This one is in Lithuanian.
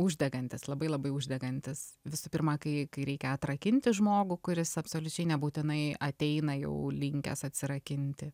uždegantis labai labai uždegantis visu pirma kai kai reikia atrakinti žmogų kuris absoliučiai nebūtinai ateina jau linkęs atsirakinti